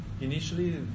initially